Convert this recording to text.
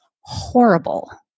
horrible